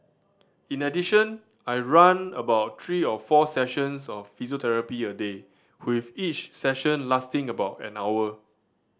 in addition I run about three or four sessions of physiotherapy a day with each session lasting about an hour